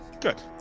good